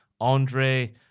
Andre